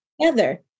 together